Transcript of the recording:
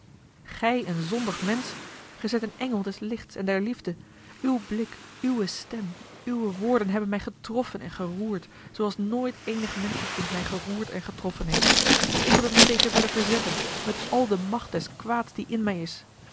gij een zondig mensch gij zijt een engel des lichts en der liefde uw blik uwe stem uwe woorden hebben mij getroffen en geroerd zooals nooit eenig menschenkind mij geroerd en getroffen heeft ik heb er mij tegen willen verzetten met al de macht des kwaads die in mij is